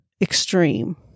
extreme